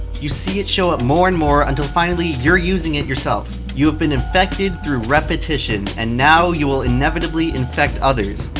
you see it show up more and more, until finally you're using it yourself. you've been infected through repetition, and now you'll inevitably infect others.